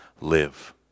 live